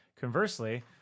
Conversely